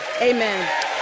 Amen